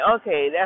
okay